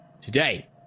today